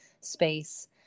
space